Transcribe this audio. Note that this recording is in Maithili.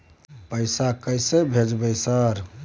पैसा कैसे भेज भाई सर?